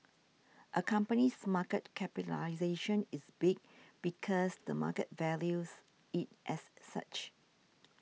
a company's market capitalisation is big because the market values it as such